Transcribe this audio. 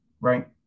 right